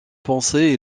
penser